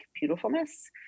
beautifulness